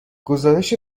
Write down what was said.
گزارش